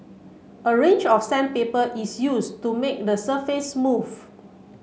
a range of sandpaper is used to make the surface smooth